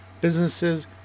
businesses